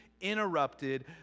interrupted